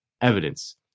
evidence